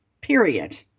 period